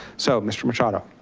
so, mr. machado.